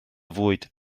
fwyd